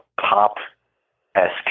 pop-esque